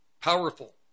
Powerful